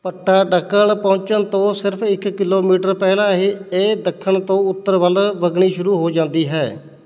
ਪੱਟਾਡਕਲ ਪਹੁੰਚਣ ਤੋਂ ਸਿਰਫ ਇੱਕ ਕਿਲੋਮੀਟਰ ਪਹਿਲਾਂ ਇਹ ਇਹ ਦੱਖਣ ਤੋਂ ਉੱਤਰ ਵੱਲ ਵਗਣੀ ਸ਼ੁਰੂ ਹੋ ਜਾਂਦੀ ਹੈ